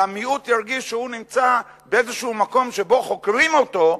והמיעוט ירגיש שהוא נמצא באיזה מקום שבו חוקרים אותו,